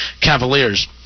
Cavaliers